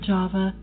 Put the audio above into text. Java